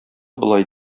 болай